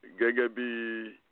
Gagabi